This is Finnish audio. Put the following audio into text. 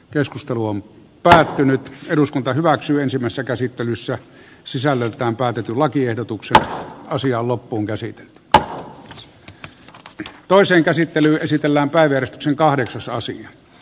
keskustelu on päättynyt eduskunta hyväksyisimmässä käsittelyssä sisällöltään päätetyn lakiehdotuksen asian loppuunkäsite tao te toisen käsittelyä käsitellään päivi hertzin kahdeksasosia